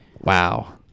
Wow